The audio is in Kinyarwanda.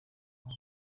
wabo